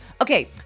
Okay